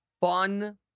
fun